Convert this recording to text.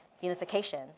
unification